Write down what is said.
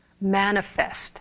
manifest